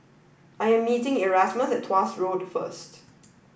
I am meeting Erasmus at Tuas Road first